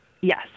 Yes